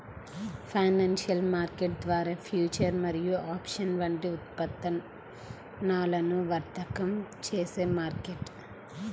financial market ద్వారా futures మరియు options వంటి ఉత్పన్నాలను వర్తకం చేసే మార్కెట్